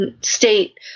state